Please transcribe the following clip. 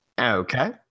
Okay